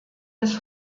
des